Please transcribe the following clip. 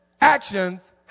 actions